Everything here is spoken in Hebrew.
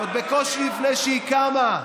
עוד בקושי, לפני שהיא קמה.